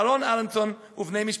אהרן אהרונסון ובני משפחתו.